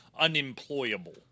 unemployable